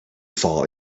fall